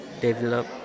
develop